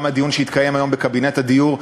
גם הדיון שהתקיים היום בקבינט הדיור,